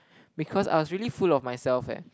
because I was really full of myself eh